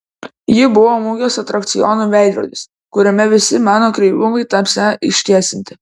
ji buvo mugės atrakcionų veidrodis kuriame visi mano kreivumai tapsią ištiesinti